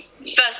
first